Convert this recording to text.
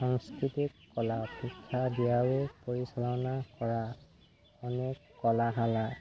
সাংস্কৃতিক কলা শিক্ষা দিয়াৰো পৰিচালনা কৰা অনেক কলাশালা